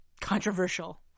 Controversial